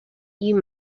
you